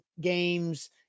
games